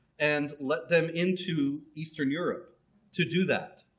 and let them into eastern europe to do that.